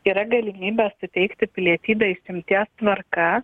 yra galimybė suteikti pilietybę išimties tvarka